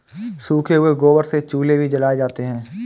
सूखे हुए गोबर से चूल्हे भी जलाए जाते हैं